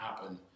happen